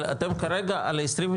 אבל אתם כרגע מדברים על 23,